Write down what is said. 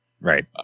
right